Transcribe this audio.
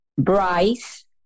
Bryce